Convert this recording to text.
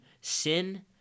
sin